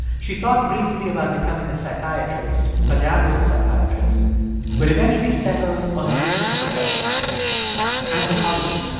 she thought briefly about becoming a psychiatrist. her dad was a psychiatrist but eventually settled on a different profession anthropology.